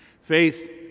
Faith